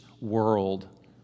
world